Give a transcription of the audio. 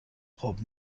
خوب